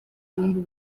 ibihumbi